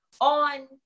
on